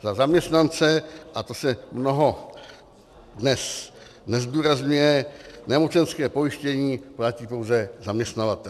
Za zaměstnance, a to se mnoho dnes nezdůrazňuje, nemocenské pojištění platí pouze zaměstnavatel.